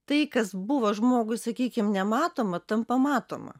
tai kas buvo žmogui sakykim nematoma tampa matoma